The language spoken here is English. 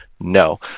No